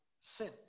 Sin